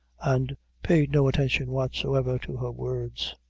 and paid no attention whatsoever to her words.